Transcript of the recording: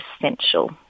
essential